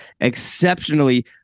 exceptionally